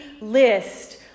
list